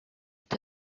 the